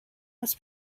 was